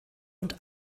und